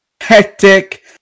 hectic